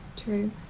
True